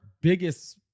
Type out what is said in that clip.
biggest